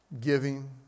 giving